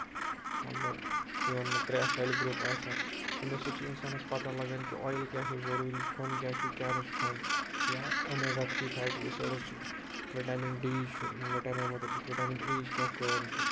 مطلب یِمن منٛز ترے سیلہِ گرپ آسن اَمہِ سۭتۍ چھُ اِنسانَس پتہ لگان کہِ اویِل کیاہ چھُ اِنسانَس ضروٗری کھیوٚن کیاہ چھُ کیاہ نہ چھُ نہٕ کھیوٚن یا اومیگا تھری فیٹی ایسِڈس چھِ ویٹامن ڈی چھُ یِم ویٹامن مُتعلِق ویٹامن اے چھِ کیٚنٛہہ کٲم چھِ